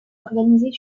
organisée